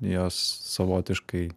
jos savotiškai